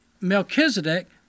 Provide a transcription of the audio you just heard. Melchizedek